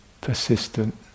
persistent